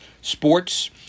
sports